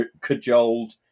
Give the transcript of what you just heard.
cajoled